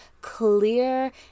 clear